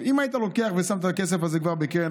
אם היית לוקח ושם את הכסף הזה כבר בקרן